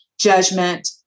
judgment